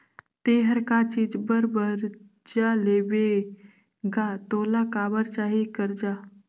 ते हर का चीच बर बरजा लेबे गा तोला काबर चाही करजा